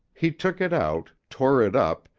he took it out, tore it up,